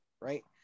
right